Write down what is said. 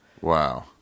wow